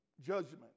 judgment